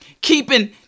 Keeping